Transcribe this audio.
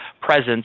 presence